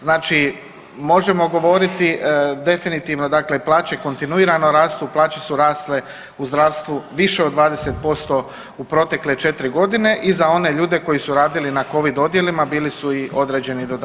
Znači, možemo govoriti definitivno, plaće kontinuirano rastu, plaće su rasle u zdravstvu više od 20% u protekle četiri godine i za one ljude koji su radili na covid odjelima bili su i određeni dodaci.